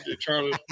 Charlie